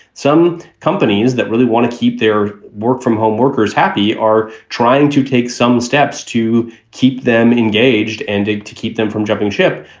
some companies that really want to keep their work from home workers happy are trying to take some steps to keep them engaged and to keep them from jumping ship,